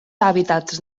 hàbitats